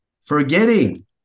forgetting